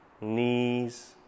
knees